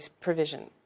provision